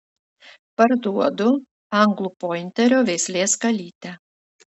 parduodu anglų pointerio veislės kalytę